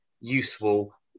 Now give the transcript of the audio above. useful